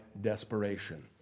desperation